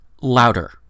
louder